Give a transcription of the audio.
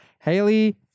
Haley